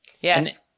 Yes